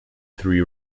three